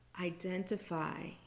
Identify